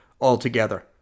altogether